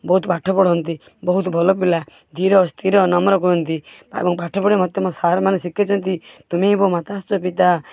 ବହୁତ ପାଠ ପଢ଼ନ୍ତି ବହୁତ ଭଲ ପିଲା ଧୀର ସ୍ଥିର ନମ୍ର କୁହନ୍ତି ମୋ ପାଠ ପଢ଼େଇବା ମତେ ମୋ ସାରମାନେ ଶିକାଇଛନ୍ତି ତ୍ୱମେବ ମାତା ଶ୍ଚ ପିତା